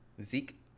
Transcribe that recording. Zeke